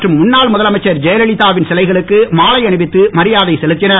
மற்றும் முன்னாள் முதலமைச்சர் ஜெயலலிதாவின் சிலைகளுக்கு மாலை அணிவித்து மரியாதை செலுத்தினர்